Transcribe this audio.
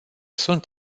sunt